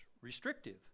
restrictive